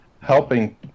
helping